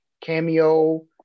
cameo